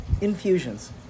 infusions